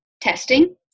testing